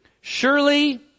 Surely